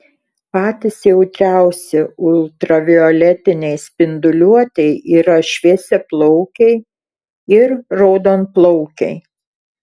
patys jautriausi ultravioletinei spinduliuotei yra šviesiaplaukiai ir raudonplaukiai